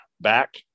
back